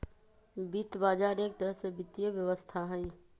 वित्त बजार एक तरह से वित्तीय व्यवस्था हई